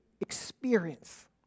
experience